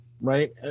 right